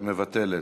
מבטלת.